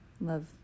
Love